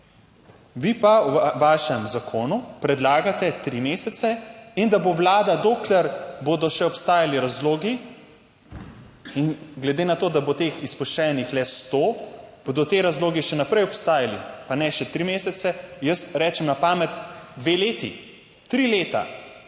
vi pa v vašem zakonu predlagate tri mesece, in da bo Vlada, dokler bodo še obstajali razlogi in glede na to, da bo teh izpuščenih le sto, bodo ti razlogi še naprej obstajali, pa ne še tri mesece, jaz rečem na pamet, dve leti, tri leta.